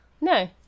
No